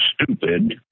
stupid